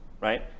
right